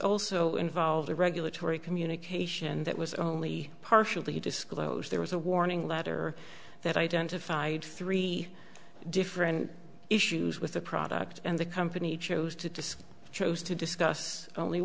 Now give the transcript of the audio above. also involves a regulatory communication that was only partially disclosed there was a warning letter that identified three different issues with the product and the company chose to chose to discuss only